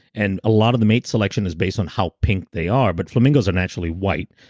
and a lot of the mate selection is based on how pink they are. but flamingos are naturally white,